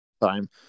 time